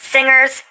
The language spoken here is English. Singers